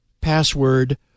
password